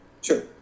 sure